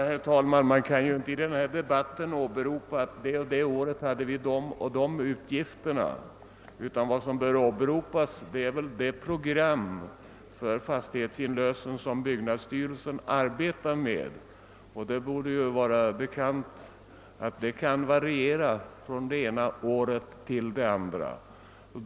Herr talman! Man kan ju inte i denna debatt åberopa att det och det året hade vi de och de utgifterna, utan vad som bör åberopas är väl det program för fastighetsinlösen som byggnadsstyreslen arbetar med. Det borde ju vara bekant att detta kan variera från det ena året till det andra.